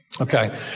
Okay